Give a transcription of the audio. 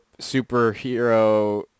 superhero